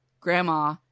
grandma